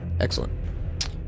Excellent